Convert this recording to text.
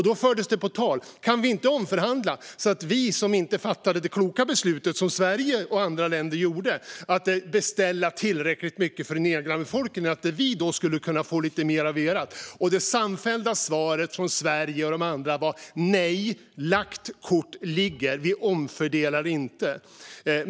Då förde man på tal: Kan vi inte omförhandla så att vi - som inte fattade det kloka beslutet som Sverige och andra länder gjorde att beställa tillräckligt mycket för den egna befolkningen - skulle kunna få lite mer av ert? Det samfällda svaret från Sverige och de andra var: Nej. Lagt kort ligger. Vi omfördelar inte.